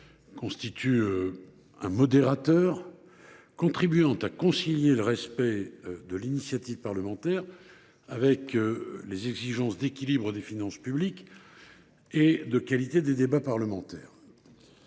forme un modérateur contribuant à concilier le respect de l’initiative parlementaire avec les exigences d’équilibre des finances publiques et de qualité des débats parlementaires.